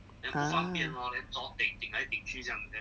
ah